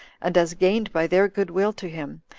and as gained by their good will to him,